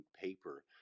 paper